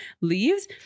leaves